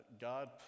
God